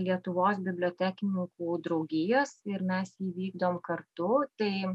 lietuvos bibliotekininkų draugijos ir mes jį įvykdom kartu tai